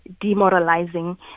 demoralizing